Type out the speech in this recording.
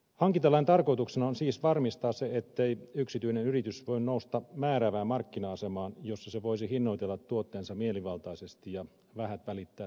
hankintalain tarkoituksena on siis varmistaa se ettei yksityinen yritys voi nousta määräävään markkina asemaan jossa se voisi hinnoitella tuotteensa mielivaltaisesti ja vähät välittää tuotteidensa laadusta